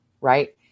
right